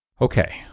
okay